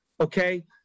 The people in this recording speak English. okay